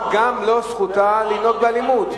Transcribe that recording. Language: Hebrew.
שגם המשטרה לא זכותה לנהוג באלימות.